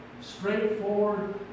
straightforward